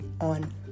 on